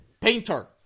Painter